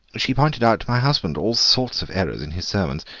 she's pointed out to my husband all sorts of errors in his sermons,